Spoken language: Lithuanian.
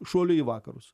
šuoliui į vakarus